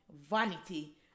vanity